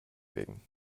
wegen